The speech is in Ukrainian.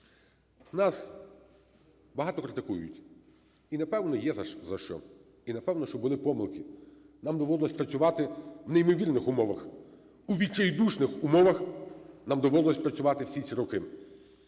Нас багато критикують, і, напевно, є за що. І, напевно, що були помилки. Нам доводилось працювати в неймовірних умовах, у відчайдушних умовах нам доводилось працювати всі ці роки.